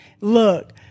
Look